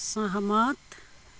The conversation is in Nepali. सहमत